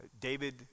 David